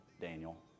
Daniel